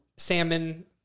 Salmon